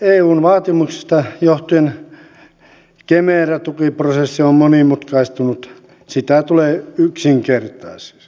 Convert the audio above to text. eun vaatimuksesta johtuen kemera tukiprosessi on monimutkaistunut sitä tulee yksinkertaistaa